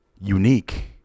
unique